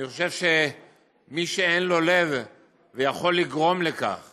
אני חושב שמי שאין לו לב ויכול לגרום לכך